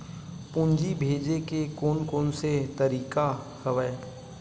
पूंजी भेजे के कोन कोन से तरीका हवय?